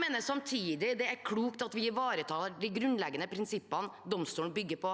mener jeg det er klokt at vi ivaretar de grunnleggende prinsippene domstolen bygger på,